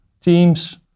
Teams